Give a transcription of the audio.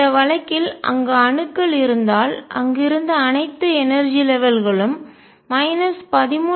இந்த வழக்கில் அங்கு அணுக்கள் இருந்தால் அங்கு இருந்த அனைத்து எனர்ஜி லெவல் ஆற்றல் மட்டங்கள் களும் 13